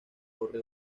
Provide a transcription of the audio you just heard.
corre